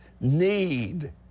need